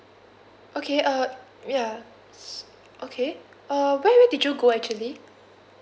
okay uh ya s~ okay uh where where did you go actually